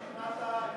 אותי שכנעת,